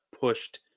pushed